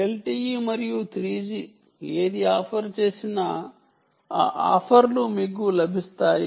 LTE మరియు 3జి ఏది ఆఫర్ చేసినా ఆ ఆఫర్లు మీకు లభిస్తాయి